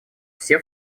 все